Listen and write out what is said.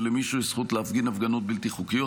למישהו יש זכות להפגין הפגנות בלתי חוקיות,